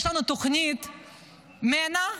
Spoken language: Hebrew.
יש לנו תוכנית מנע,